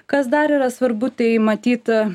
kas dar yra svarbu tai matyt